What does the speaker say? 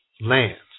lands